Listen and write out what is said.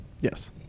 Yes